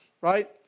Right